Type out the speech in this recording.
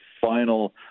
final